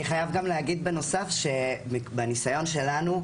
אני חייב גם להגיד בנוסף שמהניסיון שלנו,